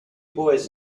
boys